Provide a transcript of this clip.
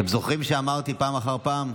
אתם זוכרים שאמרתי: פעם אחר פעם?